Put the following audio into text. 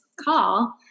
call